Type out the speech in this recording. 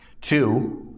Two